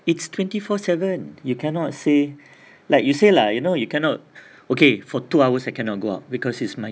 it's twenty four seven you cannot say like you say lah you know you cannot okay for two hours I cannot go up because it's my